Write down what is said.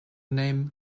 name